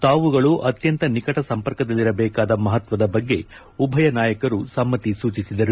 ತಾವುಗಳು ಅತ್ಯಂತ ನಿಕಟ ಸಂಪರ್ಕದಲ್ಲಿರಬೇಕಾದ ಮಹತ್ವದ ಬಗ್ಗೆ ಉಭಯ ನಾಯಕರು ಸಮ್ನತಿ ಸೂಚಿಸಿದರು